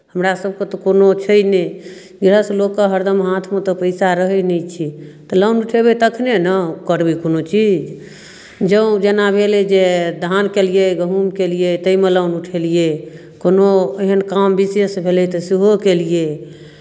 हमरा सभके तऽ कोनो छै नहि गिरहस्त लोकके तऽ हरदम हाथमे पैसा रहै नहि छै तऽ लोन उठेबै तखनहि ने करबै कोनो चीज जँ जेना भेलै जे धान केलियै गहुम केलियै ताहिमे लोन उठेलियै कोनो एहन काम विशेष भेलै तऽ सेहो केलियै